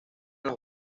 los